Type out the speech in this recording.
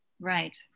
Right